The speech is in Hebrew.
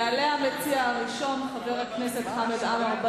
יעלה המציע הראשון, חבר הכנסת חמד עמאר.